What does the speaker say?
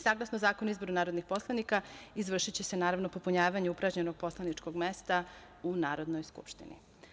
Saglasno Zakonu o izboru narodnih poslanika, izvršiće se popunjavanje upražnjenog poslaničkog mesta u Narodnoj skupštini.